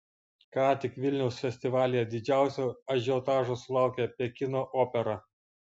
ką tik vilniaus festivalyje didžiausio ažiotažo sulaukė pekino opera